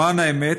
למען האמת,